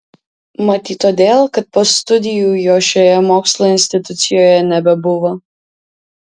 matyt todėl kad po studijų jo šioje mokslo institucijoje nebebuvo